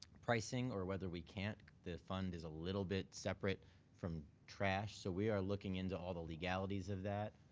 pricing, or whether we can't. the fund is a little bit separate from trash. so we are looking into all the legalities of that.